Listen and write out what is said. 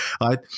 right